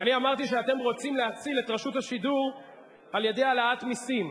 אני אמרתי שאתם רוצים להציל את רשות השידור על-ידי העלאת מסים,